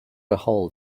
ahold